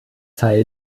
teil